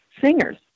singers